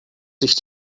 sich